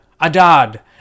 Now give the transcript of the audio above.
Adad